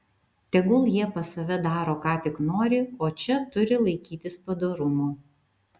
tegul jie pas save daro ką tik nori o čia turi laikytis padorumo